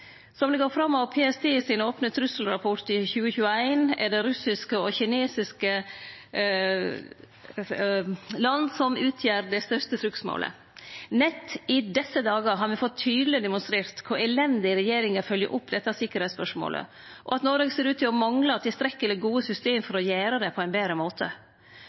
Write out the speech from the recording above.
Som det går fram av PSTs opne trusselrapport i 2021, er det russiske og kinesiske interesser som utgjer det største trugsmålet. Nett i desse dagar har me fått tydeleg demonstrert kor elendig regjeringa følgjer opp dette sikkerheitsspørsmålet, og at Noreg ser ut til å mangle tilstrekkeleg gode system for å gjere det på ein betre måte.